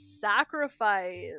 Sacrifice